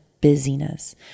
busyness